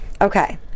Okay